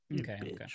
okay